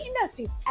industries